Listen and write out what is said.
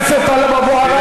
חבר הכנסת טלב אבו עראר,